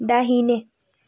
दाहिने